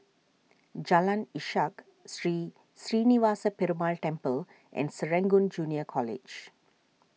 Jalan Ishak Sri Srinivasa Perumal Temple and Serangoon Junior College